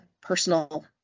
personal